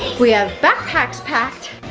we have backpacks packed.